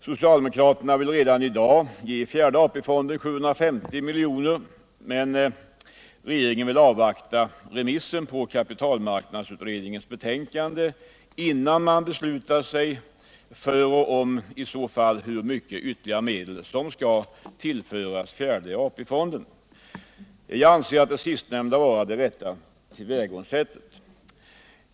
Socialdemokraterna vill redan i dag ge fjärde AP-fonden 750 milj.kr.. medan regeringen vill avvakta remissen på kapitalmarknadsutredningens betänkande, innan man beslutar om ytterligare medel skall tillföras fjärde AP fonden och i så fall hur mycket. Jag anser det sistnämnda vara det rätta tillvägagångssättet.